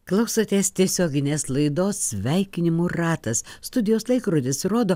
klausotės tiesioginės laidos sveikinimų ratas studijos laikrodis rodo